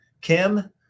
Kim